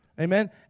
Amen